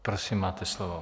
Prosím, máte slovo.